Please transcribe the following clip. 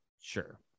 Sure